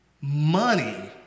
Money